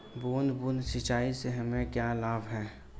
बूंद बूंद सिंचाई से हमें क्या लाभ है?